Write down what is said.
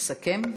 לסכם.